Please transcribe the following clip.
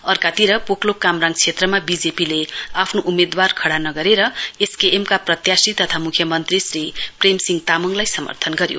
अर्कातिर पोकलोक कामराङ क्षेत्रमा बीजेपीले आफ्नो उम्मेद्वार खडा नगरेर एसकेएमका प्रत्याशी तथा मुख्यमन्त्री श्री प्रेम सिंह तामाङलाई समर्थन गर्यो